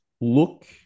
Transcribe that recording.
look